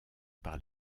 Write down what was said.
par